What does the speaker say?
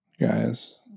guys